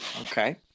okay